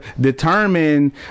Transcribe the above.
determine